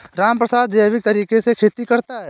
रामप्रसाद जैविक तरीके से खेती करता है